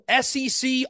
SEC